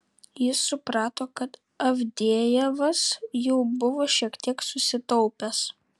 jis suprato kad avdejevas jau buvo šiek tiek susitaupęs